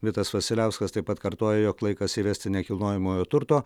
vitas vasiliauskas taip pat kartoja jog laikas įvesti nekilnojamojo turto